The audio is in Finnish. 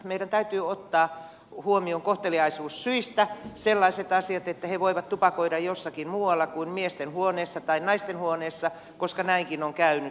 meidän täytyy ottaa huomioon kohteliaisuussyistä sellaiset asiat että he voivat tupakoida jossakin muualla kuin miestenhuoneessa tai naistenhuoneessa koska näinkin on käynyt